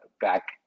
back